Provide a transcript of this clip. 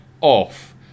off